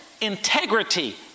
integrity